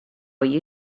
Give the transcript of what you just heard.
you